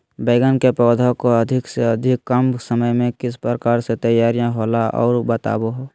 बैगन के पौधा को अधिक से अधिक कम समय में किस प्रकार से तैयारियां होला औ बताबो है?